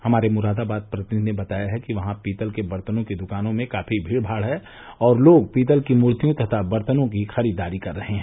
हमारे मुरादाबाद प्रतिनिधि ने बताया है कि वहां पीतल के बर्तनों की दुकानों में काफी भीड भाड है और लोग पीतल की मूर्तियों तथा बर्तनों की खरीददारी कर रहे हैं